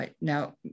Now